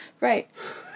Right